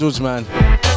man